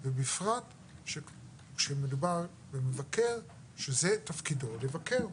ובפרט שכשמדובר במבקר שזה תפקידו לבקר,